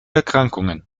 erkrankungen